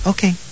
Okay